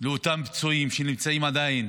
לאותם פצועים שנמצאים עדיין,